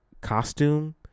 costume